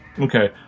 Okay